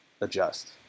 adjust